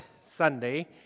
Sunday